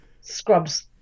scrubs